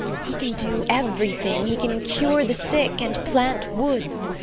he can do everything. he can cure the sick, and plant woods.